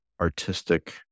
artistic